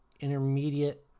intermediate